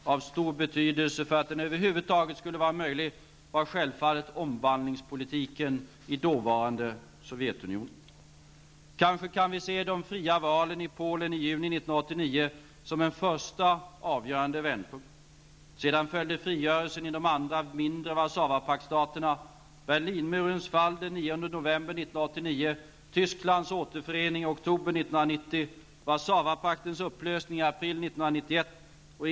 Av stor betydelse för att den över huvud taget skulle vara möjlig var självfallet omvandlingspolitiken i dåvarande Sovjetunionen. Kanske kan vi se de fria valen i Polen i juni 1989 som en första avgörande vändpunkt.